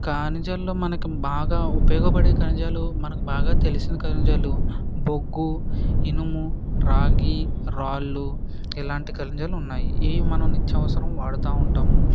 ఖనిజాలలో మనకి బాగా ఉపయోగపడే ఖనిజాలు మనకు బాగా తెలిసిన ఖనిజాలు బొగ్గు ఇనుము రాగి రాళ్లు ఇలాంటి ఖనిజాలు ఉన్నాయి ఇవి మనం నిత్యావసరం వాడుతూ ఉంటాము